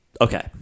Okay